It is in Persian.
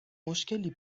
مشکلی